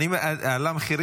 מאיר,